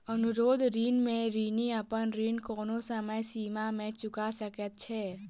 अनुरोध ऋण में ऋणी अपन ऋण कोनो समय सीमा में चूका सकैत छै